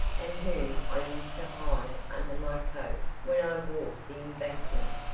and whom i used to hide under my coat when i walked the embankment,